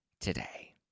today